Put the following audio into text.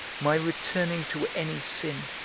my returning to any sin,